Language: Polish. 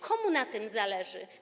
Komu na tym zależy?